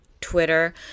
Twitter